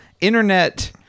internet